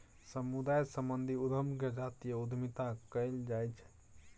समुदाय सँ संबंधित उद्यम केँ जातीय उद्यमिता कहल जाइ छै